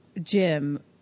Jim